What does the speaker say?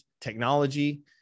technology